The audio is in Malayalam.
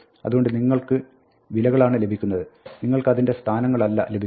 അതുകൊണ്ട് നിങ്ങൾക്ക് വിലകളാണ് ലഭിക്കുന്നത് നിങ്ങൾക്ക് അതിന്റെ സ്ഥാനങ്ങളല്ല ലഭിക്കുന്നത്